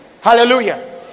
Hallelujah